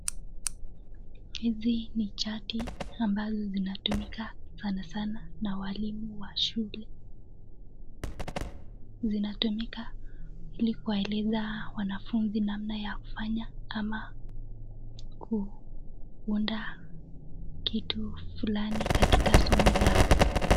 Hizi ni chati ambazo zinatumika sana sana na walimu wa shule. Zinatumika ili kuwaeleza wanafunzi namna ya kufanya ama kuunda kitu fulani katika somo yao.